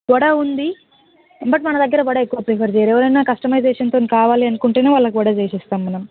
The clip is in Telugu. వడ ఉంది బట్ మన దగ్గర వడ ఎక్కువ ప్రిఫర్ చేయరు ఎవరైనా కస్టమైజేషన్తోని కావాలి అనుకుంటేనే వాళ్ళకి వడ చేసి ఇస్తాము మనం